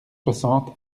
soixante